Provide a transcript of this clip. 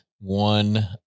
one